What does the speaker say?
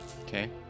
Okay